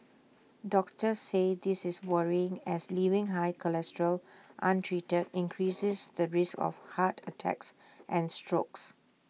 doctors say this is worrying as leaving high cholesterol untreated increases the risk of heart attacks and strokes